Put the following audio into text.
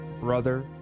brother